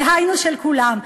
דהיינו של כולם.